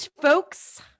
folks